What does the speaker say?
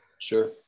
Sure